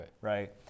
right